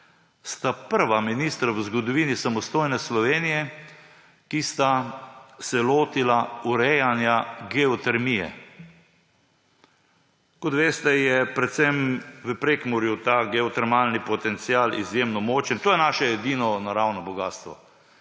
sta prva ministra v zgodovini samostojne Slovenije, ki sta se lotila urejanja geotermije. Kot veste, je predvsem v Prekmurju ta geotermalni potencial izjemno močen, to je naše edino naravno bogastvo,